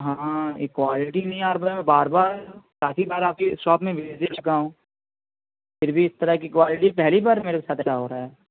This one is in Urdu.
ہاں ایک کوالٹی نہیں ہے بار بار کافی بار آپ کی شاپ میں بھیج چکا ہوں پھر بھی اس طرح کی کوالٹی پہلی بار میرے ساتھ ایسا ہو رہا ہے